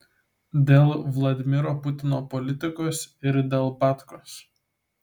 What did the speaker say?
dėl vladimiro putino politikos ir dėl batkos